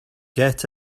get